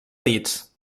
dits